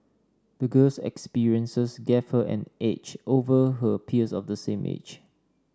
the girl's experiences gave her an edge over her peers of the same age